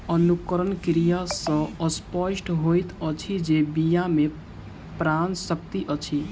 अंकुरण क्रिया सॅ स्पष्ट होइत अछि जे बीया मे प्राण शक्ति अछि